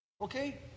Okay